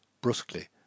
brusquely